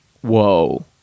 Whoa